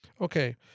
Okay